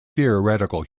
theoretical